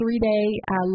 three-day